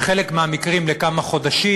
בחלק מהמקרים לכמה חודשים,